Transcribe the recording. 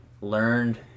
learned